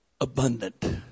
abundant